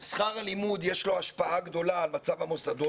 לשכר הלימוד יש השפעה גדולה על מצב המוסדות?